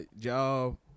Y'all